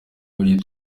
uburyo